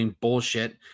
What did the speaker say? bullshit